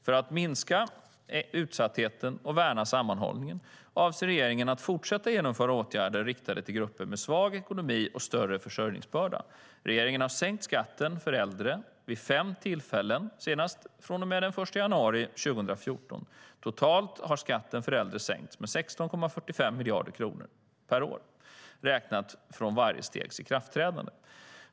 För att minska utsattheten och värna sammanhållningen avser regeringen att fortsätta genomföra åtgärder riktade till grupper med svag ekonomi och större försörjningsbörda. Regeringen har sänkt skatten för äldre vid fem tillfällen, senast från och med den 1 januari 2014. Totalt har skatten för äldre sänkts med 16,45 miljarder kronor per år, räknat från varje stegs ikraftträdande.